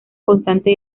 constante